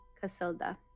Casilda